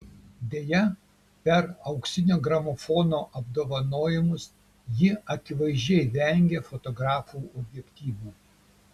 deja per auksinio gramofono apdovanojimus ji akivaizdžiai vengė fotografų objektyvų